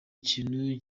ikintu